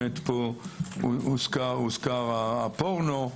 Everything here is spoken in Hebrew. הוזכר פה הפורנו.